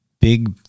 big